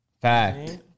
Fact